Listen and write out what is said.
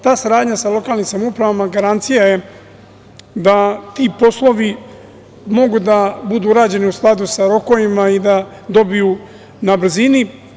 Ta saradnja sa lokalnim samoupravama garancija je da ti poslovi mogu da budu urađeni u skladu sa rokovima i da dobiju na brzini.